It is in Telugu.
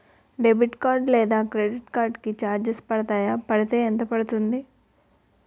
డెబిట్ కార్డ్ లేదా క్రెడిట్ కార్డ్ కి చార్జెస్ పడతాయా? పడితే ఎంత పడుతుంది?